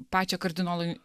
pačią kardinolui